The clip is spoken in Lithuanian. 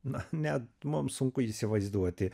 na net mums sunku įsivaizduoti